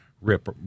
rip